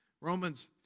Romans